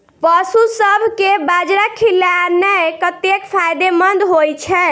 पशुसभ केँ बाजरा खिलानै कतेक फायदेमंद होइ छै?